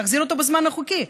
תחזיר אותו בזמן החוקי.